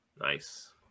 Nice